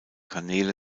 kanäle